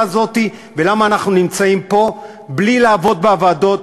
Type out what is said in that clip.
הזאת ולמה אנחנו נמצאים פה בלי לעבוד בוועדות,